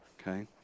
Okay